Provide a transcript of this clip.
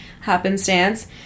happenstance